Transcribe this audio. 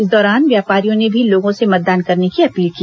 इस दौरान व्यापारियों ने भी लोगों से मतदान करने की अपील की